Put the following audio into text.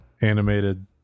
animated